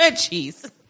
Cheese